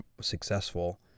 successful